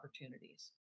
opportunities